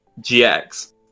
GX